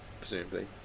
presumably